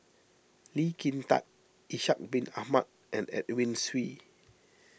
Lee Kin Tat Ishak Bin Ahmad and Edwin Siew